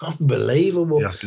unbelievable